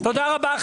תודה רבה.